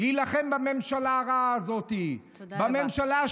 להילחם בממשלה הרעה הזאת, תודה רבה.